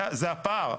זה הפער.